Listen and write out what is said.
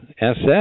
SS